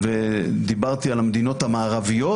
דיברתי על המדינות המערביות.